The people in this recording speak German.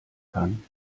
kann